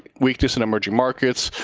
weakness in emerging markets,